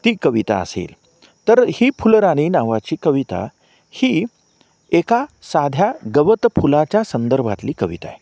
ती कविता असेल तर ही फुलराणी नावाची कविता ही एका साध्या गवत फुलाच्या संदर्भातली कविता आहे